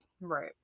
Right